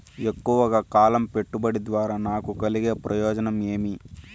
ఎక్కువగా కాలం పెట్టుబడి ద్వారా నాకు కలిగే ప్రయోజనం ఏమి?